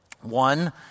One